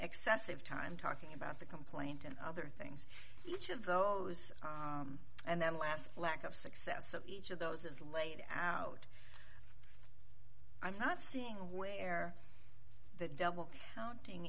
excessive time talking about the complaint and other things each of those and then last lack of success of each of those is laid out i'm not seeing where the double counting